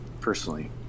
personally